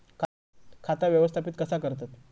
खाता व्यवस्थापित कसा करतत?